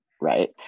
right